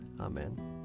Amen